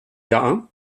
jahren